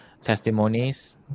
testimonies